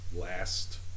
last